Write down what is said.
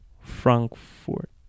Frankfurt